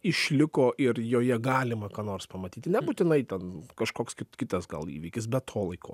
išliko ir joje galima ką nors pamatyti nebūtinai ten kažkoks kaip kitas gal įvykis be to laiko